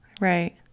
right